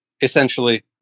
essentially